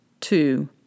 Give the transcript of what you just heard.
Two